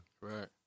Right